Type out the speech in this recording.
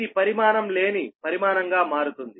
ఇది పరిమాణం లేని పరిమాణంగా మారుతుంది